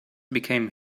became